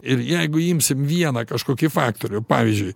ir jeigu imsim vieną kažkokį faktorių pavyzdžiui